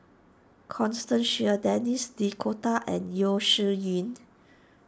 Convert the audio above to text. Constance Sheares Denis D'Cotta and Yeo Shih Yun